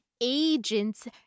agents